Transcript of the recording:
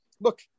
look